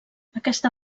aquesta